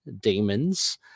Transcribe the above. demons